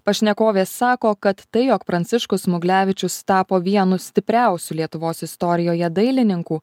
pašnekovė sako kad tai jog pranciškus smuglevičius tapo vienu stipriausių lietuvos istorijoje dailininkų